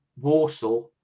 warsaw